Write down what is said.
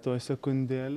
tuoj sekundėlę